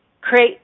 create